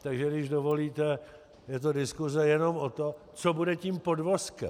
Takže když dovolíte, je to diskuse jenom o tom, co bude tím podvozkem.